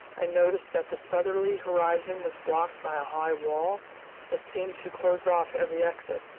i noticed that the southerly horizon was blocked by a high wall that seemed to close off every exit.